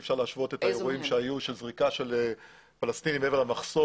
אי אפשר להשוות את האירועים שהיו של זריקה של פלסטיני מעבר למחסום,